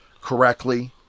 correctly